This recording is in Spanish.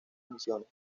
misiones